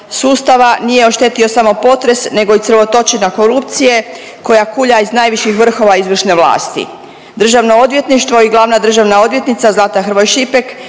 sustava nije oštetio samo potres, nego i crvotočina korupcije koja kulja iz najviših vrhova izvršne vlasti. Državno odvjetništvo i glavna državna odvjetnica Zlata Hrvoj Šipek